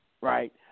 right